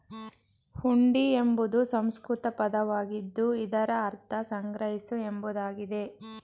ಹುಂಡಿ ಎಂಬುದು ಸಂಸ್ಕೃತ ಪದವಾಗಿದ್ದು ಇದರ ಅರ್ಥ ಸಂಗ್ರಹಿಸು ಎಂಬುದಾಗಿದೆ